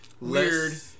weird